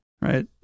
Right